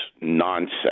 nonsense